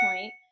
point